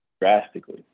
drastically